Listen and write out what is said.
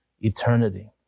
eternity